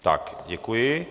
Také děkuji.